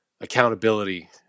accountability